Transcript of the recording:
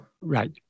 Right